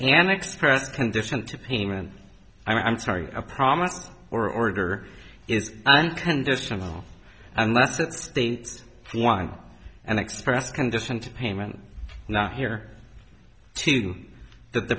an express condition to payment i'm sorry a promise or order is unconditional unless it states one and express condition to payment not here to the